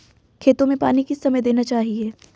खेतों में पानी किस समय देना चाहिए?